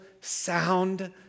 sound